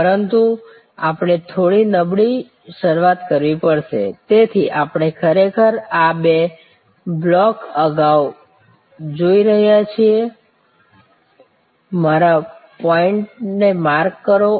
પરંતુ આપણે થોડી નબળી શરૂઆત કરવી પડશે તેથી આપણે ખરેખર આ બે બ્લોક્સ અગાઉ જોઈ રહ્યા છીએ મારા પોઇન્ટરને માર્ક કરો